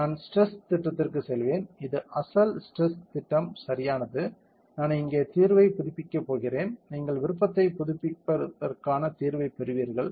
நான் ஸ்ட்ரெஸ் திட்டத்திற்குச் செல்வேன் இது அசல் ஸ்ட்ரெஸ் திட்டம் சரியானது நான் இங்கே தீர்வைப் புதுப்பிக்கப் போகிறேன் நீங்கள் விருப்பத்தைப் புதுப்பிப்பதற்கான தீர்வைப் பெறுவீர்கள்